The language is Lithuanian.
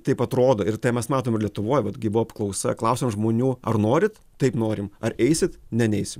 taip atrodo ir tai mes matom lietuvoj bet gi buvo apklausa klausėm žmonių ar norit taip norim ar eisit ne neisim